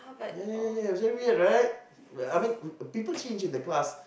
yeah yeah yeah yeah it's very weird right people change in the class